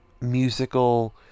musical